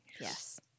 Yes